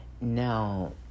Now